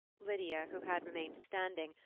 lydia, who had remained standing,